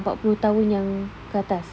empat puluh tahun yang ke atas